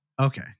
Okay